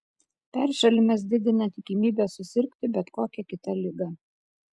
peršalimas didina tikimybę susirgti bet kokia kita liga